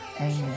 Amen